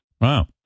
Wow